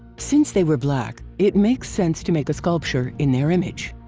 since they were black, it makes sense to make a sculpture in their image.